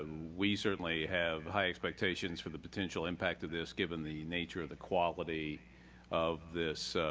we certainly have high expectations for the potential impact of this given the nature of the quality of this